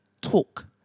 talk